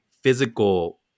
physical